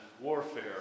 warfare